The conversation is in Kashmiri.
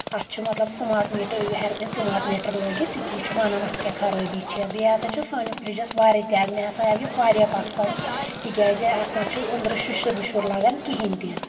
اَتھ چھُ مطلب سٔماٹ میٖٹر ہؠر کٔنۍ مطلب سٔماٹ میٖٹر لٲگِتھ تِہٕ یہِ چھُ ونان اَتھ کیاہ خرٲبی چھےٚ بیٚیہِ ہسا چھُ سٲنِس فرجس واریاہ تہِ مےٚ ہسا آو یہِ واریاہ پسنٛد تِکیازِ اَتھ نہ چھُ أنٛدرٕ شِشُر وُشُر لگان کہیٖنۍ تہِ